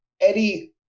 Eddie